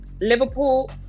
Liverpool